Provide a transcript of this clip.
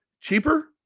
Cheaper